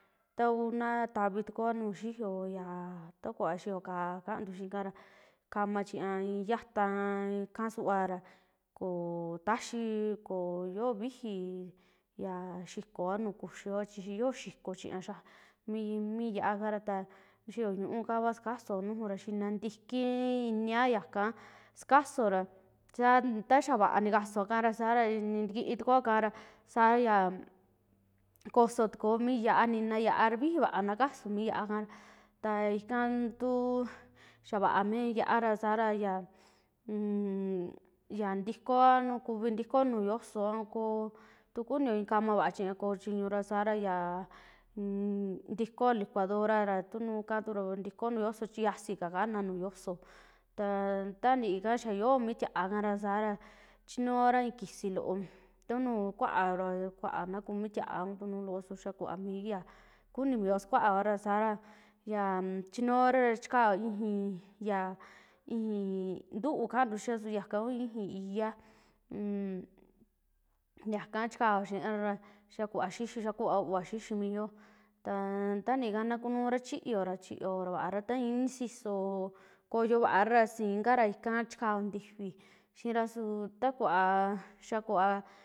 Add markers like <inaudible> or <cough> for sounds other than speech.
Ta kuu na tavitukuoa nujuu xioo yaa, ta kuvaa xioo kaa kantu xii ikara kamachiña yaata ikaa suvaa ra koo taxii, chi koo yoo vijii ya xikooa nuu kuxuio chi yoo xikoo chiña xa'a- mi <unintelligible> mi yaakara ta xioo ñuu kua sakasoa nuju ra ta xiina ntiki inia yaka sukaauo ra saa taaya vaa nikasuakara sara ntikii tukuakara saa ya kosootukuo mi ya'a, nina mi ya'a, vijii vaa na kasu mi ya'a ikara ta ika tuu xaa vaa mi ya'a sara ya un ya <hesitation> ya ntikooa, a kuvi tikoa nuju yosoo a koo tu kunio i'i kamava chiña koo chiñura sara <hesitation> ntikooa licuadora ra tu nuju kama tura ntikoo nuju yooso, chi yasii kaa kana nuu yosoo ta tantii ka xaa yoo mii tiaakara sara chinuora i'i kisii loo, tu nuu kuara kuaa na kuu mi tiaa u nu lo su xaa kuvaa mii ya kuni mio sakuaora sara ya chinuora ra chikao ixii, ya ixii ntuu kantuu xiaa su yaka kuu ixii iyaa un <hesitation> yaka chikao xiirara xaa kuva xixio, xa kuva uuva xiximio, taa tantii ika na kunuraa chiyoora, chiyovaara ta ini xiso koyovara sin kara ika chikao ntifi xiira su ta kuvaa, xaa kuva.